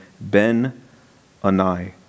Ben-Anai